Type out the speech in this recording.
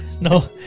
No